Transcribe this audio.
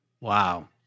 Wow